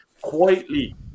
Quietly